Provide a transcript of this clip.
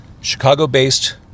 Chicago-based